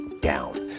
down